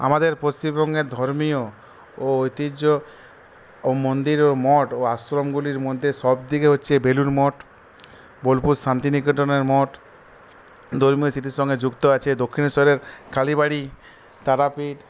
আমাদের পশ্চিমবঙ্গের ধর্মীয় ও ঐতিহ্য ও মন্দির ও মঠ ও আশ্রমগুলির মধ্যে সব থেকে হচ্ছে বেলুড় মঠ বোলপুর শান্তিনিকেতনের মঠ ধর্মীয় স্মৃতির সঙ্গে যুক্ত আছে দক্ষিণেশ্বরের কালীবাড়ি তারাপীঠ